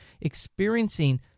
experiencing